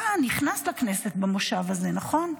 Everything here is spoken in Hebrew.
אתה נכנסת לכנסת במושב הזה, נכון?